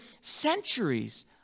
centuries